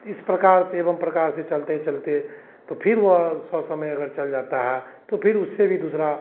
तो इस प्रकार से एवं प्रकार से चलते चलते तो फिर वह सौ समय अगर चल जाता है तो फिर उससे भी दूसरा